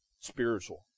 spiritual